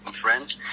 friends